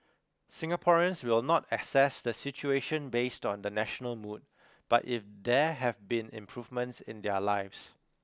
Singaporeans will not assess the situation based on the national mood but if there have been improvements in their lives